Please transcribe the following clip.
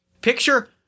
picture